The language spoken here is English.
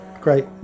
great